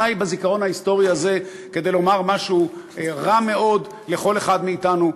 די בזיכרון ההיסטורי הזה כדי לומר משהו רע מאוד לכל אחד מאתנו,